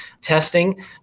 testing